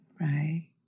Right